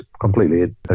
completely